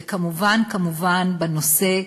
וכמובן כמובן בנושא,